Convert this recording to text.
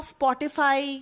Spotify